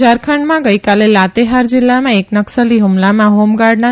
ઝારખંડમાં ગઇકાલે લાતેહાર જીલ્લામાં એક નકસલી હુમલામાં હોમ ગાર્ડના